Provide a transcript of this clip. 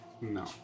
no